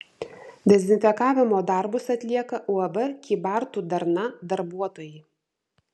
dezinfekavimo darbus atlieka uab kybartų darna darbuotojai